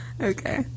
Okay